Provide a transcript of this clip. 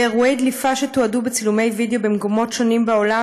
באירועי דליפה שתועדו בצילומי וידיאו במקומות שונים בעולם